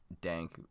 dank